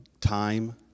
time